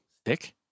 stick